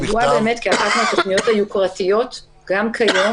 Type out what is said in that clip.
היא ידועה כאחת התכניות היוקרתיות גם כיום